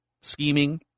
scheming